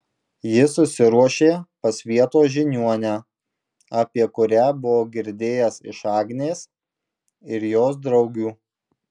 jis susiruošė pas vietos žiniuonę apie kurią buvo girdėjęs iš agnės ir jos draugių